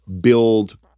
build